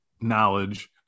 knowledge